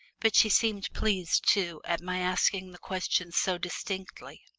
but she seemed pleased, too, at my asking the questions so distinctly.